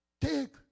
take